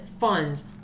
funds